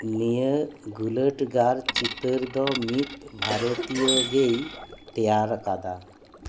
ᱱᱤᱭᱟᱹ ᱜᱩᱞᱟᱹᱴ ᱜᱟᱨ ᱪᱤᱛᱟᱹᱨ ᱫᱚ ᱢᱤᱫ ᱵᱷᱟᱨᱚᱛᱤᱭᱚ ᱜᱮᱭ ᱛᱮᱭᱟᱨ ᱟᱠᱟᱫᱟ